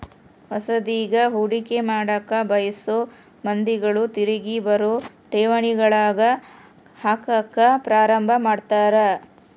ಹೊಸದ್ಗಿ ಹೂಡಿಕೆ ಮಾಡಕ ಬಯಸೊ ಮಂದಿಗಳು ತಿರಿಗಿ ಬರೊ ಠೇವಣಿಗಳಗ ಹಾಕಕ ಪ್ರಾರಂಭ ಮಾಡ್ತರ